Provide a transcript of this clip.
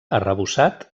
arrebossat